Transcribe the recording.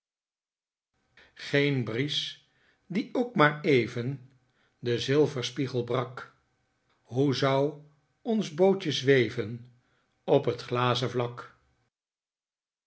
geen bries die k maar even den zilverspiegel brak hoe zou ons bootjen zweven op t glazen vlak